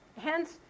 Hence